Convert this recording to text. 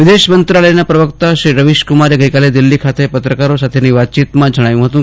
વિદેશમંત્રાલયના પ્રવક્તા રવિશકુમારે ગઈકાલે દિલ્હી ખાતે પત્રકારો સાથેની વાતચીતમાં આ મુજબ જણાવ્યું હતું